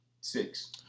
six